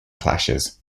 clashes